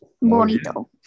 Bonito